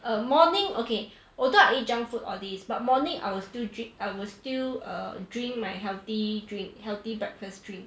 err morning okay although I eat junk food all this but morning I will still drink I will still err drink my healthy drink healthy breakfast drink